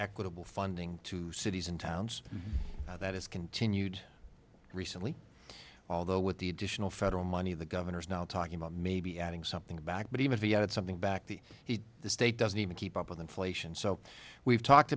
equitable funding to cities and towns that has continued recently although with the additional federal money the governor is now talking about maybe adding something back but even he added something back the he the state doesn't even keep up with inflation so we've talked